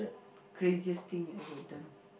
craziest thing you've ever done